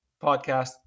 podcast